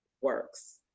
works